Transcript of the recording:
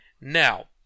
Now